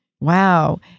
Wow